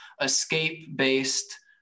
escape-based